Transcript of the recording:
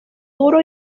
duró